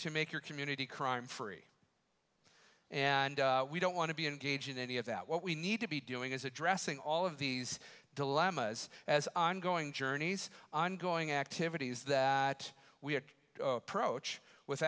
to make your community crime free and we don't want to be engaged in any of that what we need to be doing is addressing all of these dilemmas as ongoing journeys ongoing activities that we ha